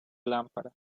lámpara